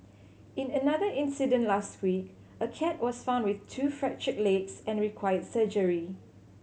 in another incident last week a cat was found with two fractured legs and required surgery